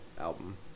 album